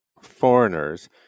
foreigners